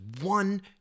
one